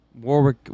Warwick